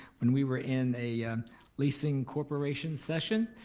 when we were in a leasing corporation session.